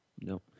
No